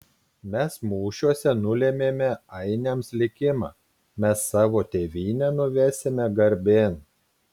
mes mūšiuose nulėmėme ainiams likimą mes savo tėvynę nuvesime garbėn